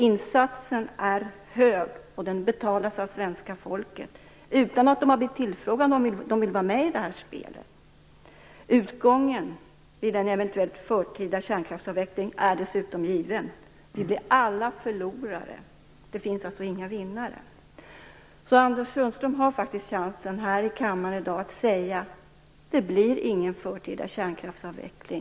Insatsen är hög, och den betalas av svenska folket - utan att det har blivit tillfrågat om det vill vara med i det här spelet. Utgången vid en eventuell förtida kärnkraftsavveckling är dessutom given: Vi blir alla förlorare. Det finns alltså inga vinnare. Anders Sundström har faktiskt chansen här i kammaren i dag att säga: Det blir ingen förtida kärnkraftsavveckling.